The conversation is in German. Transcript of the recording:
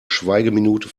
schweigeminute